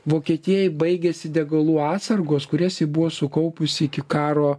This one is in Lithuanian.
vokietijai baigėsi degalų atsargos kurias ji buvo sukaupusi iki karo